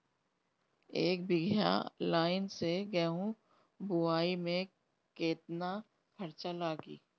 एक बीगहा लाईन से गेहूं बोआई में केतना खर्चा लागी?